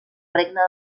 regne